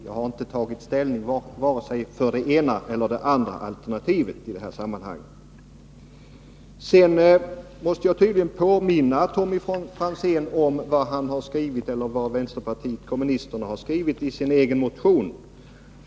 Jag har inte tagit ställning för vare sig det ena eller det andra alternativet i detta sammanhang. Sedan måste jag tydligen påminna Tommy Franzén om vad vänsterpartiet kommunisterna har skrivit i sin egen motion.